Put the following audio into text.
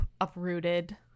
uprooted